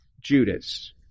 Judas